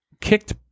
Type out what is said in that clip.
kicked